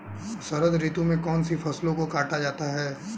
शरद ऋतु में कौन सी फसलों को काटा जाता है?